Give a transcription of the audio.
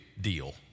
deal